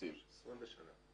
20 בשנה.